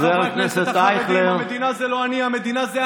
המדינה זה לא אתה.